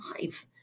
life